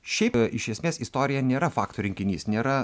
šiaip iš esmės istorija nėra faktų rinkinys nėra